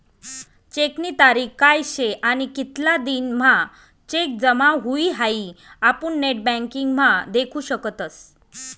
चेकनी तारीख काय शे आणि कितला दिन म्हां चेक जमा हुई हाई आपुन नेटबँकिंग म्हा देखु शकतस